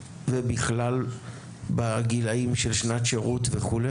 ובכלל, בגילאים של שנת שירות וכו'.